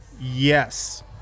Yes